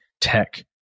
tech